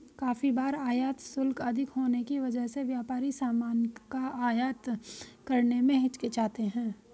काफी बार आयात शुल्क अधिक होने की वजह से व्यापारी सामान का आयात करने में हिचकिचाते हैं